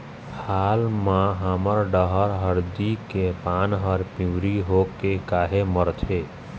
हाल मा हमर डहर हरदी के पान हर पिवरी होके काहे मरथे?